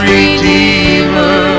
Redeemer